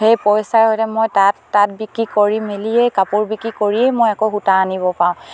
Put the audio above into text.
সেই পইচাৰ সৈতে মই তাত তাত বিক্ৰী কৰি মেলিয়েই কাপোৰ বিক্ৰী কৰিয়েই মই আকৌ সূতা আনিব পাৰোঁ